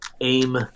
aim